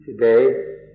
Today